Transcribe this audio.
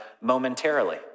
momentarily